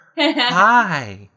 hi